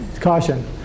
caution